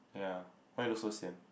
ya why you look so sian